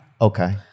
Okay